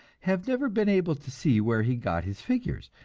have never been able to see where he got his figures.